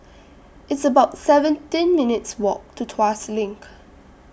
It's about seventeen minutes' Walk to Tuas LINK